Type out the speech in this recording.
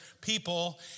people